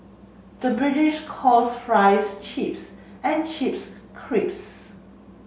the British calls fries chips and chips